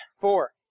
four